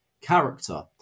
character